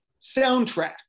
soundtrack